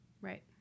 right